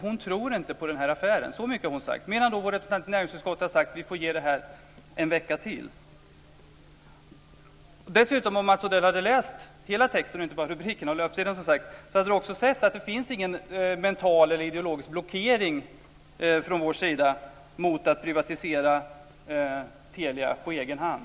Hon tror inte på affären. Så mycket har hon sagt. Men vår representant i näringsutskottet har sagt att vi får ge detta en vecka till. Om Mats Odell hade läst hela texten, inte bara löpsedeln och rubriken, hade han sett att det inte finns någon mental eller ideologisk blockering från vår sida mot att privatisera Telia på egen hand.